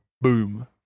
Boom